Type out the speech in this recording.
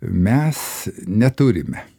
mes neturime